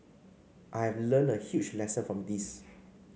I have learnt a huge lesson from this